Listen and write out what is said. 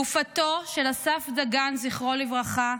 גופתו של אסף דגן, זכרו לברכה,